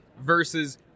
versus